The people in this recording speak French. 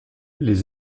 les